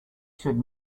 should